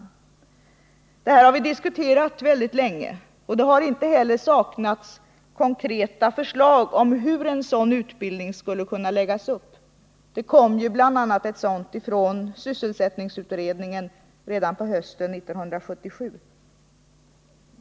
Detta har vi diskuterat väldigt länge, och det har inte heller saknats konkreta förslag om hur en sådan utbildning skulle kunna läggas upp. Det kom bl.a. ett sådant förslag från sysselsättningsutredningen redan hösten 1977.